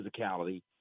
physicality